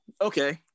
Okay